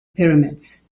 pyramids